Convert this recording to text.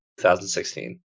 2016